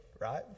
right